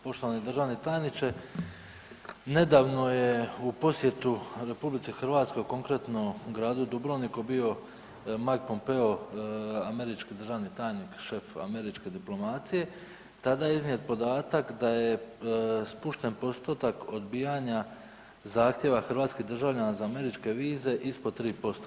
Poštovani državni tajniče, nedavno je u posjetu RH, konkretno u gradu Dubrovniku bio Mike Pompeo, američki državni tajnik, šef američke diplomacije, tada je iznijet podatak da je spušten postotak odbijanja zahtjeva hrvatskih državljana za američke vize ispod 3%